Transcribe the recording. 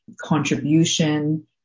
contribution